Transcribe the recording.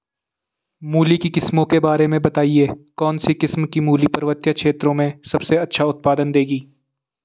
मूली की किस्मों के बारे में बताइये कौन सी किस्म की मूली पर्वतीय क्षेत्रों में सबसे अच्छा उत्पादन देंगी?